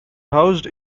housed